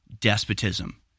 despotism